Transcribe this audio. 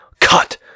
Cut